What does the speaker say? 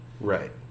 Right